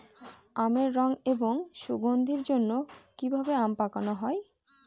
আমের রং এবং সুগন্ধির জন্য কি ভাবে আম পাকানো হয়?